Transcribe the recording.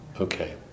okay